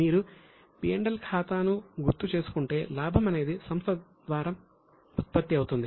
మీరు P L ఖాతాను గుర్తు చేసుకుంటే లాభం అనేది సంస్థ ద్వారా ఉత్పత్తి అవుతుంది